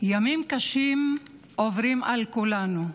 ימים קשים עוברים על כולנו.